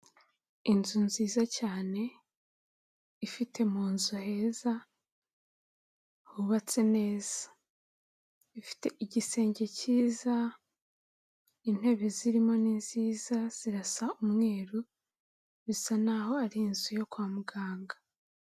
Inzu nziza cyane, ifite mu nzu heza, hubatse neza. Ifite igisenge cyiza, intebe zirimo ni nziza, zirasa umweru, bisa naho ari inzu yo kwa muganga.